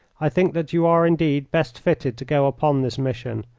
i think that you are indeed best fitted to go upon this mission.